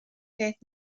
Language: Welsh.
peth